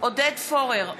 עודד פורר,